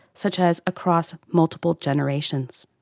such as across multiple generations?